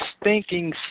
stinking